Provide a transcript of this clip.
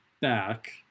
back